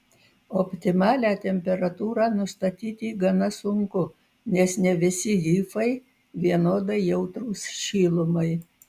optimalią temperatūrą nustatyti gana sunku nes ne visi hifai vienodai jautrūs šilumai